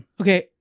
Okay